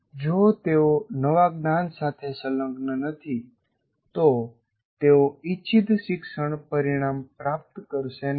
જો તેઓ નવા જ્ઞાન સાથે સંલગ્ન નથી તો તેઓ ઇચ્છિત શિક્ષણ પરિણામ પ્રાપ્ત કરશે નહીં